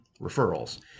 referrals